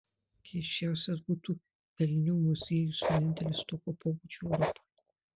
keisčiausias būtų velnių muziejus vienintelis tokio pobūdžio europoje